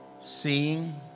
seeing